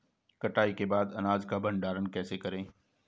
कटाई के बाद अनाज का भंडारण कैसे करें?